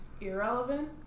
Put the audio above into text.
irrelevant